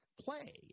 play